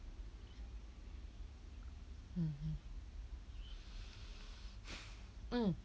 mm mm mm